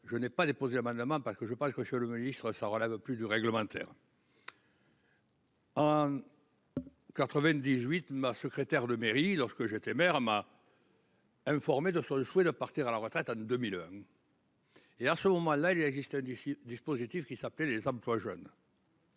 je n'ai pas déposé l'amendement parce que je pense que je suis à l'autonomie, je ça relève plus du réglementaire. En. 98 ma secrétaire de mairie lorsque j'étais maire ma. Informé de son le fouet là partir à la retraite à de 2000. Et à ce moment-là, il existe des dispositifs qui s'appelait les emplois jeunes.